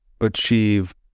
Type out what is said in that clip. achieve